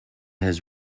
his